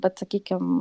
bet sakykim